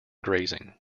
grazing